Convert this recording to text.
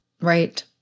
Right